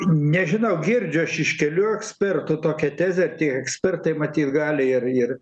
nežinau girdžiu aš iš kelių ekspertų tokią tezę tie ekspertai matyt gali ir ir